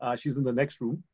ah she's in the next room.